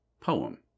poem